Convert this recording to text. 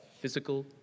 physical